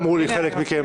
אמרו לי חלק מכם.